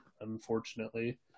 unfortunately